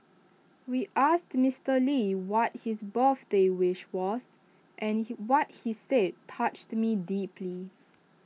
we asked Mister lee what his birthday wish was and he what he said touched me deeply